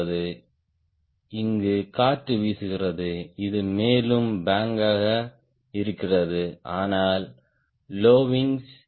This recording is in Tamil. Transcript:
ஆனால் நான் லோ விங் என்று சொல்லும்போது நீங்கள் காண்பீர்கள் பொதுவாக நான் இதை அர்த்தப்படுத்துகிறேன் இதுதான் பக்கவாட்டாக நிலையற்றது ஆனால் இங்கே சில கோணம் கொடுக்கப்பட்டுள்ளது இது டைஹெட்ரலுடன் லோ விங் இது டைஹெட்ரலுடன் லோ விங்